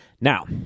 Now